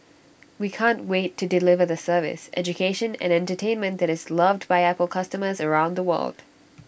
we can't wait to deliver the service education and entertainment that is loved by Apple customers around the world